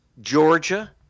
Georgia